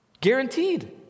Guaranteed